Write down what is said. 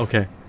Okay